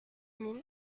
mille